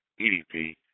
EDP